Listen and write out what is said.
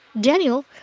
Daniel